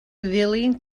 ddilyn